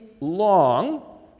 long